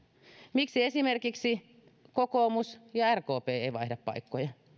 miksi esimerkiksi kokoomus ja rkp eivät vaihda paikkoja